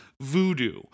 voodoo